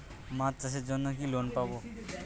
মাছ চাষের জন্য কি লোন পাব?